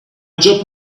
job